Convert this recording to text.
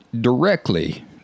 directly